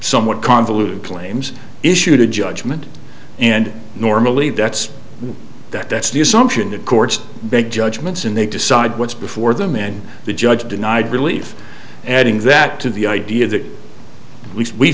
somewhat convoluted claims issued a judgment and normally that's that that's the assumption that courts big judgments and they decide what's before them and the judge denied relief and in that to the idea that we we